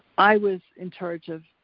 i was in charge of,